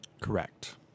Correct